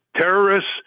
terrorists